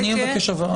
אני מבקש הבהרה.